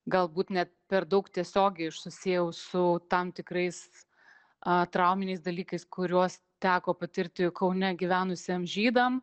galbūt net per daug tiesiogiai aš susiejau su tam tikrais ą trauminiais dalykais kuriuos teko patirti kaune gyvenusiem žydam